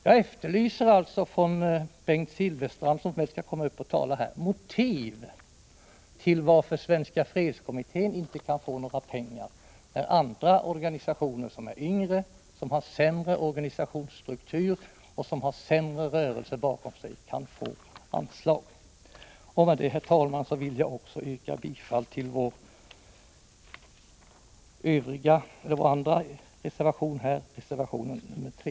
Jag efterlyser från Bengt Silfverstrand, som snart går upp i talarstolen, motiven till att Svenska fredskommittén inte får några pengar, när andra organisationer som är yngre, har en sämre organisationsstruktur och som har en mindre rörelse bakom sig kan få anslag. Med detta, herr talman, vill jag yrka bifall också till vår andra reservation till utrikesutskottets betänkande, reservation nr 3.